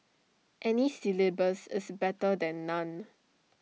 any syllabus is better than none